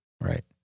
Right